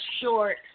short